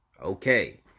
Okay